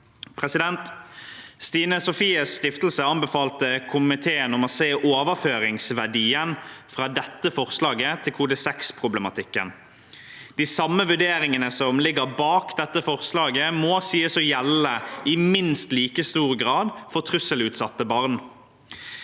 i i dag. Stine Sofies Stiftelse anbefalte komiteen å se overføringsverdien fra dette forslaget til kode 6-problematikken. De samme vurderingene som ligger bak dette forslaget, må sies å gjelde i minst like stor grad for trusselutsatte barn.